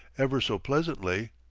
ever so pleasantly,